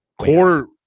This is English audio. core